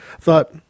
thought